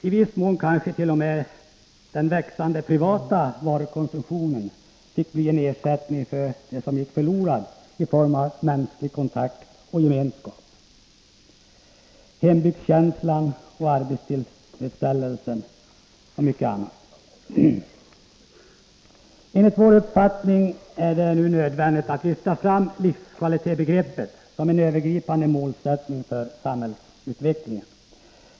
I viss mån fick kanske den växande privata varukonsumtionen bli en ersättning för det som gick förlorat i form av mänsklig kontakt och gemenskap, hembygdskänsla, arbetstillfredsställelse och mycket annat. Enligt vår uppfattning är det nu nödvändigt att lyfta fram livskvalitetsbegreppet som en övergripande målsättning för samhällsutvecklingen.